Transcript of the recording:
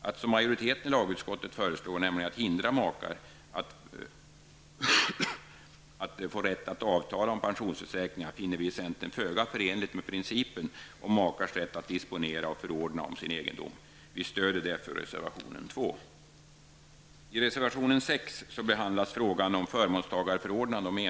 Att som majoriteten i lagutskottet föreslår, nämligen att hindra makar att få rätt att avtala om pensionsförsäkringar, finner vi i centern föga förenligt med principerna om makars rätt att disponera och förordna om sin egendom. Vi stöder därför reservation 2.